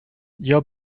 your